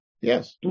Yes